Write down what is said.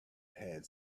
had